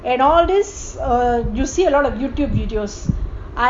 and all this or you see a lot of youtube videos I was interested